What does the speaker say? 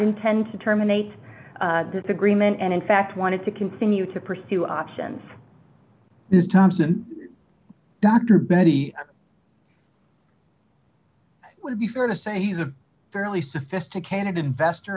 intend to terminate this agreement and in fact wanted to continue to pursue options ms thompson doctor betty it would be fair to say he's a fairly sophisticated investor